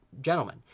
gentlemen